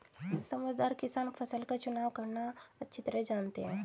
समझदार किसान फसल का चुनाव करना अच्छी तरह जानते हैं